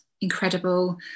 incredible